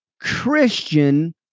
Christian